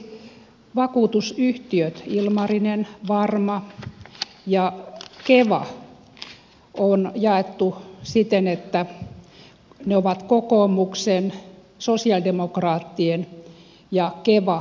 lisäksi vakuutusyhtiöt ilmarinen varma ja keva on jaettu siten että ne ovat kokoomuksen sosialidemokraattien ja keva keskustapuolueen hallussa